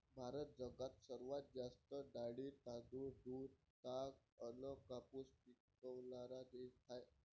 भारत जगात सर्वात जास्त डाळी, तांदूळ, दूध, ताग अन कापूस पिकवनारा देश हाय